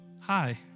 hi